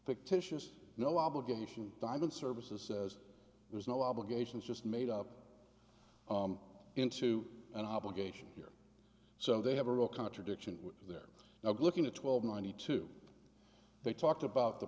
fictitious no obligation diamond services says there's no obligations just made up into an obligation here so they have a real contradiction they're now looking at twelve money too they talked about the